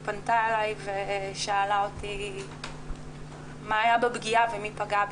פנתה אלי ושאלה אותי 'מה היה בפגיעה ומי פגע בי'.